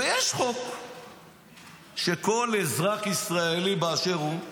ויש חוק שכל אזרח ישראלי באשר הוא,